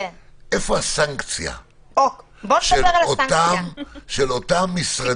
איפה הסנקציה על אותם משרדים?